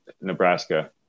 Nebraska